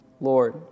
Lord